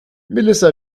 melissa